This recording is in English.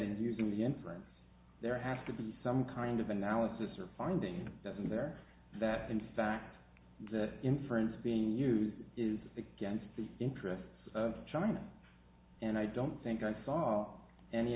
and using the n frame there has to be some kind of analysis or finding that in there that in fact the inference being used is against the interests of china and i don't think i saw any